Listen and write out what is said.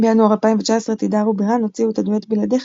בינואר 2019 תדהר ובירן הוציאו את הדואט "בלעדיך",